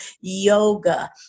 yoga